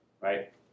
right